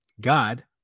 God